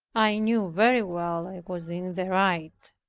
i knew very well i was in the right.